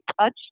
touch